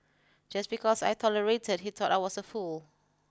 just because I tolerated he thought I was a fool